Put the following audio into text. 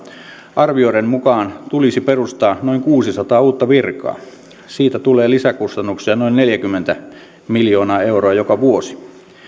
arvioiden mukaan tulisi perustaa noin kuusisataa uutta virkaa siitä tulee lisäkustannuksia noin neljäkymmentä miljoonaa euroa joka vuosi